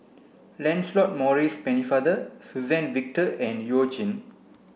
Lancelot Maurice Pennefather Suzann Victor and You Jin